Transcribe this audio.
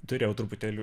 turėjau truputėlį